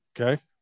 Okay